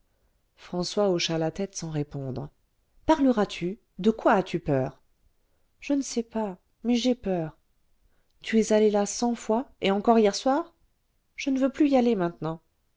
françois hocha la tête sans répondre parleras-tu de quoi as-tu peur je ne sais pas mais j'ai peur tu es allé là cent fois et encore hier soir je ne veux plus y aller maintenant